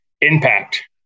impact